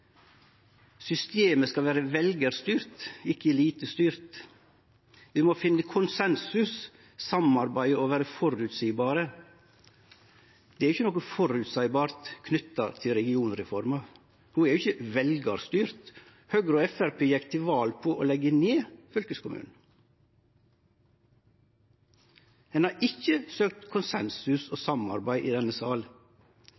systemet skal vere «velgerstyrt, ikke elitestyrt», og at vi må «finne konsensus, samarbeide og være forutsigbare». Det er ikkje noko føreseieleg knytt til regionreforma. Ho er ikkje veljarstyrt. Høgre og Framstegspartiet gjekk til val på å leggje ned fylkeskommunen. Ein har ikkje søkt konsensus og